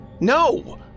No